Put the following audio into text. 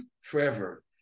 forever